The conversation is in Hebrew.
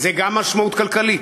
זה גם משמעות כלכלית,